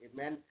amen